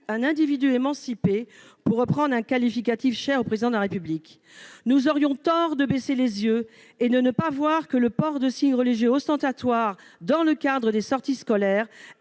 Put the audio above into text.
un « individu émancipé », pour reprendre un qualificatif cher au Président de la République. Nous aurions tort de baisser les yeux et de ne pas voir que le port de signes religieux ostentatoires dans le cadre des sorties scolaires